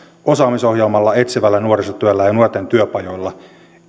osaamisohjelmalla etsivällä nuorisotyöllä ja nuorten työpajoilla